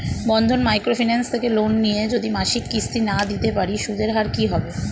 বন্ধন micro finance থেকে loan নিয়ে যদি মাসিক কিস্তি না দিতে পারি সুদের হার কি হবে?